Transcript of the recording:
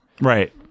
Right